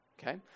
Okay